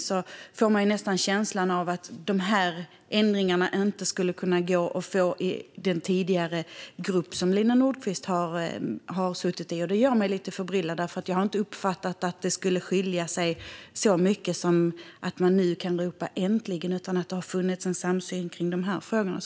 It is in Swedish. Man får nästan känslan av att dessa ändringar inte skulle kunna gå att få i den tidigare grupp som Lina Nordquist har suttit i. Men jag har inte uppfattat att det skulle skilja sig så mycket att man nu kan ropa: Äntligen! Jag har i stället upplevt att det har funnits en samsyn i frågorna.